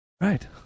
Right